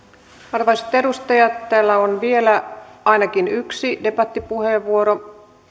arvoisat edustajat täällä on vielä ainakin yksi debattipuheenvuoro